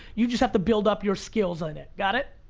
you just have to build up your skills on it, got it?